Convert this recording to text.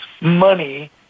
money